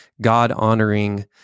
God-honoring